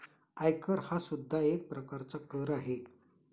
आयकर हा सुद्धा एक प्रकारचा कर आहे